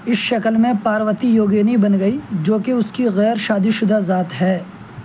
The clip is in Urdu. اس شکل میں پاروتی یوگنی بن گئی جو کہ اس کی غیر شادی شدہ ذات ہے